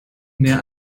mehr